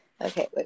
Okay